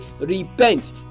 repent